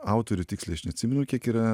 autorių tiksliai aš neatsimenu kiek yra